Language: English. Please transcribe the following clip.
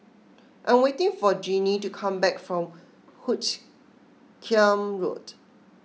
I am waiting for Jeannie to come back from Hoot Kiam Road